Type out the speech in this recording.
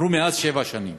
עברו מאז שבע שנים.